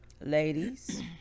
ladies